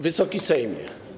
Wysoki Sejmie!